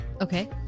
okay